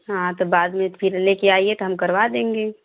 हाँ तो बाद में फिर लेके आइए हम करवा देंगे